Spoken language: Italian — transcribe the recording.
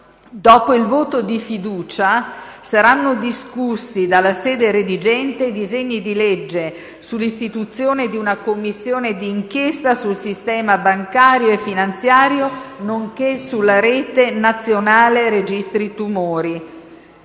Dopo il voto di fiducia saranno discussi, dalla sede redigente, i disegni di legge sull'istituzione di una Commissione di inchiesta sul sistema bancario e finanziario nonché sulla rete nazionale registri tumori.